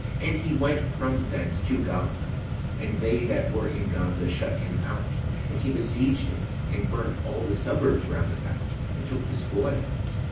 and he went from thence to gaza and they that were in gaza shut him out and he besieged it, and burnt all the suburbs round about, and took the spoils.